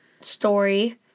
story